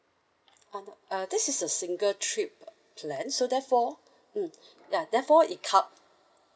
ah no uh this is a single trip plan so therefore mm ya therefore it cov~